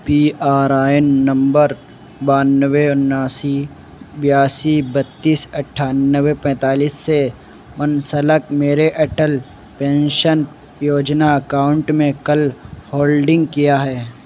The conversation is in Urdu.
پی آر آئن نمبر بانوے اناسی بیاسی بتیس اٹھانوے پینتالیس سے منسلک میرے اٹل پینشن یوجنا اکاؤنٹ میں کل ہولڈنگ کیا ہے